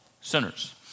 sinners